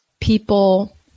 people